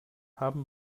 haben